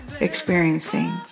experiencing